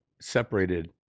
separated